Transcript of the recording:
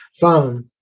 phone